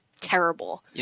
terrible